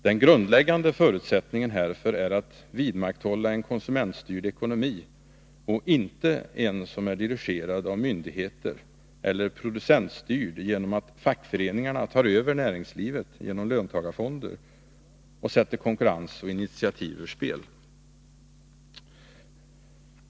Den grundläggande förutsättningen härför är att vidmakthålla en konsumentstyrd ekonomi och inte en som är dirigerad av myndigheter eller producentstyrd genom att fackföreningarna tar över näringslivet genom löntagarfonder och sätter konkurrens och initiativ ur spel.